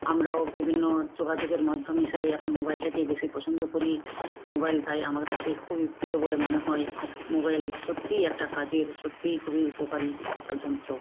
আমরাও বিভিন্ন যোগাযোগের মাধ্যম হিসাবে এখন মোবাইলটাকেই বেশি পছন্দ করি মোবাইল তাই আমার কাছে খুবই প্রিয় বলে মনে হয় মোবাইল সত্যিই একটা কাজের সত্যিই খুবই উপকারি একটা যন্ত্র